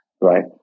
right